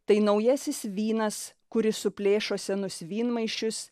tai naujasis vynas kuris suplėšo senus vynmaišius